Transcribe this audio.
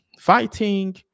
fighting